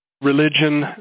Religion